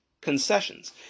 concessions